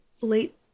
late